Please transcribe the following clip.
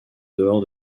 dehors